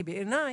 כי בעיניי,